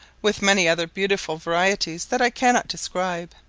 with many other beautiful varieties that i cannot describe.